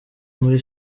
muri